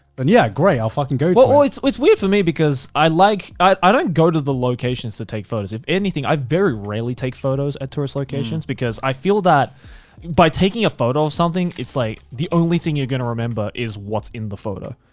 the yeah, great. i'll fucking go to it. well, it's it's weird for me because i like, i don't go to the locations to take photos. if anything, i very rarely take photos at tourist locations because i feel that by taking a photo of something, it's like the only thing you're going to remember is what's in the photo.